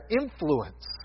influence